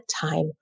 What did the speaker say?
time